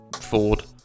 Ford